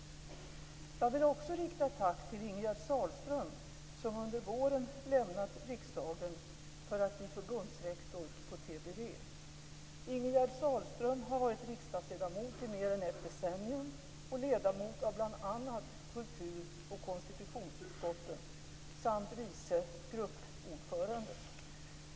Jag vill också rikta ett tack till Ingegerd Sahlström, som under våren lämnat riksdagen för att bli förbundsrektor på TBV. Ingegerd Sahlström har varit riksdagsledamot i mer än ett decennium och ledamot av bl.a. kultur och konstitutionsutskotten samt vice gruppordförande.